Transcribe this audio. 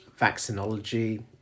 vaccinology